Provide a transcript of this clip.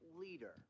leader